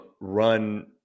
run